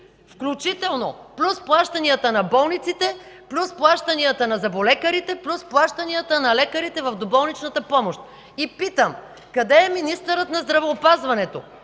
Включително! Плюс плащанията на болниците, плюс плащанията на зъболекарите, плюс плащанията на лекарите в доболничната помощ. И питам: къде е министърът на здравеопазването?